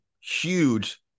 huge